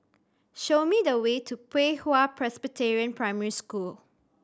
show me the way to Pei Hwa Presbyterian Primary School